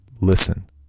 Listen